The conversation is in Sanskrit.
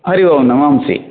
हरि ओम् नमांसि